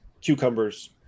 cucumbers